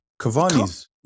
Cavani's